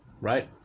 right